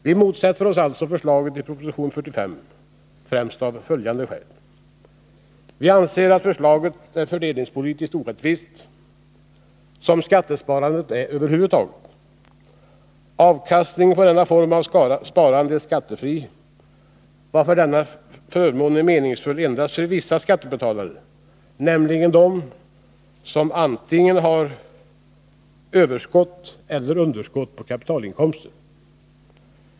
Vi motsätter oss alltså förslaget i proposition 45 främst av följande skäl: Vi anser att förslaget är fördelningspolitiskt orättvist, som skattesparande 53 över huvud taget är. Avkastningen på denna form av sparande är skattefri, varför denna förmån är meningsfull endast för vissa skattebetalare, nämligen för dem som har antingen överskott eller underskott från kapitalinkomster.